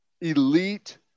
elite